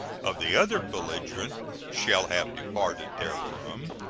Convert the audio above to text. of the other belligerent shall have departed therefrom,